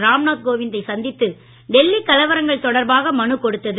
ராம்நாத் கோவிந்தை சந்தித்து டெல்லி கலவரங்கள் தொடர்பாக மனு கொடுத்தது